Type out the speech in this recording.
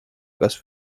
kas